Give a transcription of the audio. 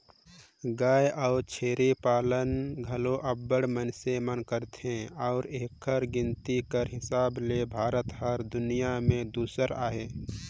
गाय अउ छेरी पालन घलो अब्बड़ मइनसे मन करथे अउ एकर गिनती कर हिसाब ले भारत हर दुनियां में दूसर अहे